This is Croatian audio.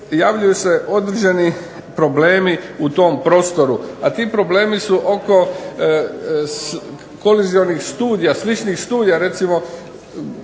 javljaju se određeni problemi u tom prostoru, a tu problemi su oko kolizionih studija, sličnih studija. Recimo